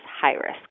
high-risk